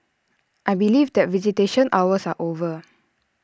I believe that visitation hours are over